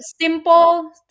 simple